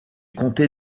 comté